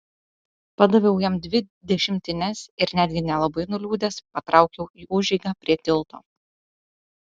padaviau jam dvi dešimtines ir netgi nelabai nuliūdęs patraukiau į užeigą prie tilto